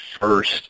first